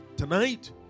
Tonight